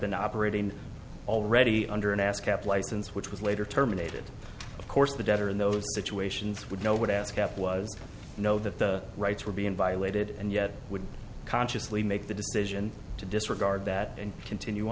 been operating already under an ascap license which was later terminated of course the debtor in those situations would know what ascap was you know that the rights were being violated and yet would consciously make the decision to disregard that and continue